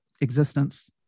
existence